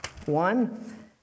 One